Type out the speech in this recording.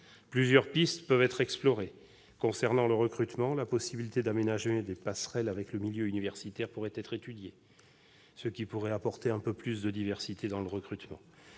Plusieurs pistes peuvent être explorées. En matière de recrutement, la possibilité d'aménager des passerelles avec le milieu universitaire pourrait être étudiée, car elle pourrait apporter un peu de diversité. La refondation